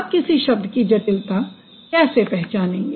आप किसी शब्द की जटिलता कैसे पहचानेंगे